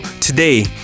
today